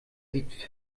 sieht